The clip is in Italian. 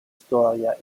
storia